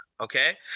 Okay